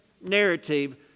narrative